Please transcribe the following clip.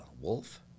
Wolf